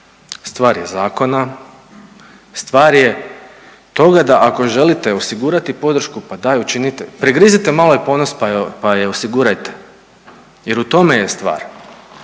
stvar je zakona, stvar je toga da ako želite osigurati podršku pa daj učinite, pregrizite malo i ponos pa je osigurajte jer u tome je stvar.